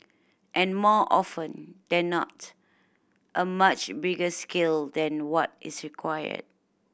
and more often than not a much bigger scale than what is required